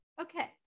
Okay